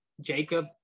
Jacob